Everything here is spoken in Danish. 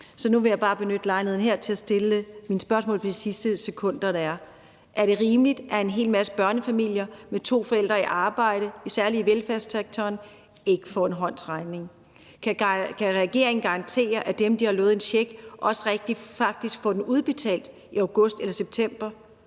Så nu vil jeg benytte lejligheden her til at stille mine spørgsmål i de sidste sekunder, der er tilbage af min taletid. Er det rimeligt, at en hel masse børnefamilier med to forældre i arbejde, særlig i velfærdssektoren, ikke får en håndsrækning? Kan regeringen garantere, at dem, de har lovet en check, faktisk også får den udbetalt i august eller september?